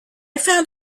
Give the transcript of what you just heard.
found